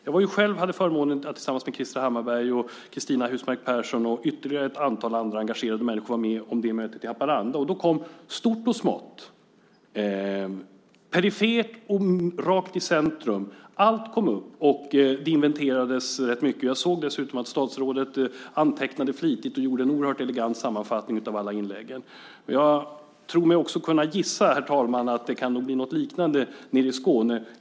Jag hade själv förmånen att tillsammans med Krister Hammarbergh, Cristina Husmark Pehrsson och ytterligare ett antal engagerade människor vara med på mötet i Haparanda. Då kom stort som smått, perifert och rakt i centrum - allt kom upp, och det inventerades rätt mycket. Jag såg dessutom att statsrådet antecknade flitigt och gjorde en oerhört elegant sammanfattning av alla inlägg. Jag tror mig kunna gissa, herr talman, att det nog kan bli något liknande i Skåne.